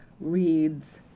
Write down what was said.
reads